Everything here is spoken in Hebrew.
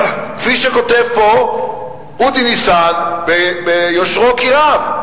כפי שכותב פה אודי ניסן, ביושרו כי רב.